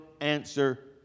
answer